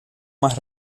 más